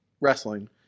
wrestling